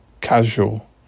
casual